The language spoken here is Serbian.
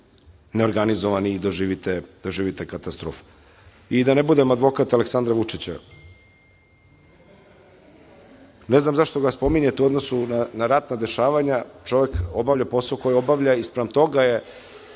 neorganizovani i doživite katastrofu. Da ne budem advokat Aleksandra Vučića, ne znam zašto ga spominjete u odnosu na ratna dešavanja. Čovek obavlja posao koji obavlja i spram toga je